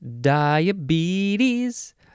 diabetes